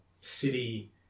city